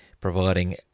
providing